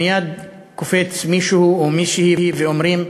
מייד קופץ מישהו או מישהי ואומרים,